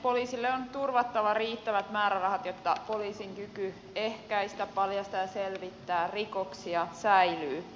poliisille on turvattava riittävät määrärahat jotta poliisin kyky ehkäistä paljastaa ja selvittää rikoksia säilyy